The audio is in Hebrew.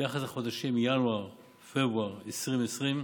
ביחס לחודשים ינואר-פברואר 2020,